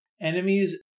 Enemies